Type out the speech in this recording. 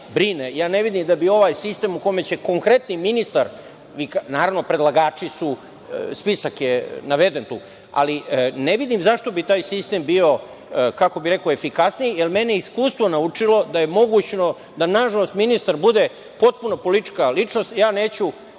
ne vidim da bi ovaj sistem, gde će konkretno ministar, a naravno, predlagači su. Spisak je naveden tu, ali ne vidim zašto bi taj sistem bio efikasniji, jer je mene iskustvo naučilo da je moguće da, nažalost, ministar bude potpuno politička ličnost, a ja neću